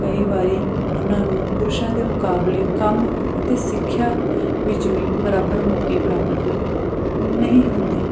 ਕਈ ਵਾਰੀ ਉਹਨਾਂ ਨੂੰ ਪੁਰਸ਼ਾਂ ਦੇ ਮੁਕਾਬਲੇ ਕੰਮ ਅਤੇ ਸਿੱਖਿਆ ਵਿੱਚ ਵੀ ਬਰਾਬਰ ਮੌਕੇ ਪ੍ਰਾਪਤ ਨਹੀਂ ਹੁੰਦੇ